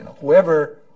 Whoever